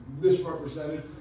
misrepresented